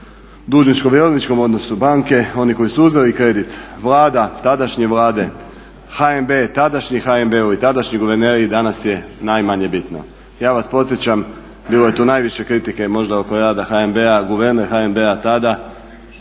dužničkom i robničkom odnosu banke? Oni koji su uzeli kredit, Vlada, tadašnje Vlade, HNB, tadašnji HNB i tadašnji guverneri i danas je najmanje bitno. Ja vas podsjećam bilo je tu najviše kritike možda oko rada HNB-a, guverner HNB-a tada